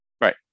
Right